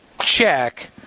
Check